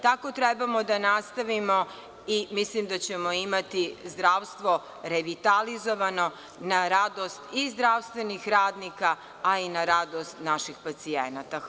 Tako trebamo da nastavimo i mislim da ćemo imati zdravstvo revitalizovano, na radost i zdravstvenih radnika, a i na radost naših pacijenata.